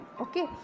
Okay